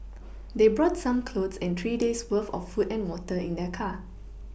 they brought some clothes and three days' worth of food and water in their car